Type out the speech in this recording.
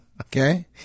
Okay